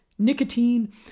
nicotine